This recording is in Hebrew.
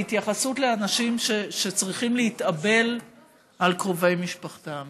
בהתייחסות לאנשים שצריכים להתאבל על קרובי משפחתם.